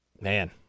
Man